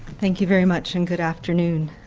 thank you very much and good afternoon.